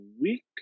week